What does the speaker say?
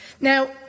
Now